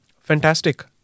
fantastic